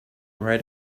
right